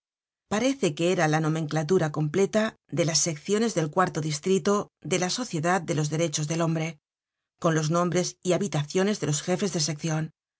parece que era la nomenclatura completa de las secciones del cuarto distrito de la sociedad de los derechos del hombre con los nombres y habitaciones de los jefes de seccion